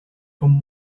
con